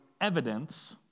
evidence